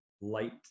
light